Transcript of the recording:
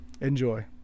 Enjoy